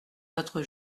notre